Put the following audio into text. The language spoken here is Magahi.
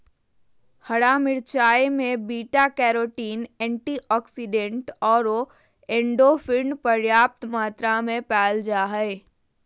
हरा मिरचाय में बीटा कैरोटीन, एंटीऑक्सीडेंट आरो एंडोर्फिन पर्याप्त मात्रा में पाल जा हइ